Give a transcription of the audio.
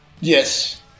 Yes